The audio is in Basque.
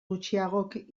gutxiagok